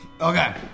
Okay